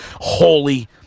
Holy